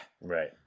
Right